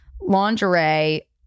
lingerie